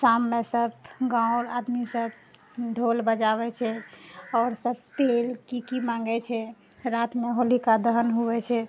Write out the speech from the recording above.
शाममे सभ गाँववला आदमीसभ ढोल बजाबैत छै आओर सभ तेल कि कि माँगैत छै रातिमे होलिका दहन होइत छै